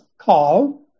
call